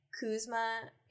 Kuzma